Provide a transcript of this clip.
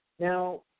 Now